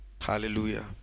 Hallelujah